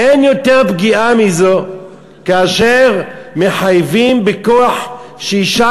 אין יותר פגיעה מזו כאשר מחייבים בכוח שאישה